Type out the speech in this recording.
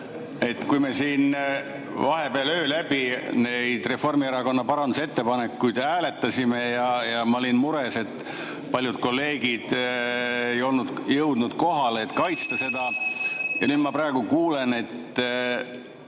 Kui me siin vahepeal öö läbi neid Reformierakonna parandusettepanekuid hääletasime, siis ma olin mures, et paljud kolleegid ei olnud jõudnud kohale, et kaitsta seda. (Juhataja helistab